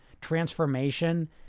transformation